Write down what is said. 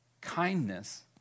Kindness